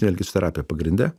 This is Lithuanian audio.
elgesio terapija pagrinde